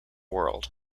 world